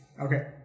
Okay